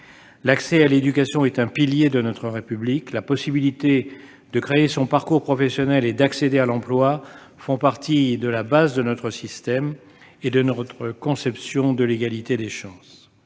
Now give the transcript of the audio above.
L'accès à l'éducation est un pilier de notre République ; la possibilité de créer son parcours professionnel et d'accéder à l'emploi forme la base de notre système et de notre conception de l'égalité des chances.